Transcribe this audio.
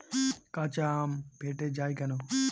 কাঁচা আম ফেটে য়ায় কেন?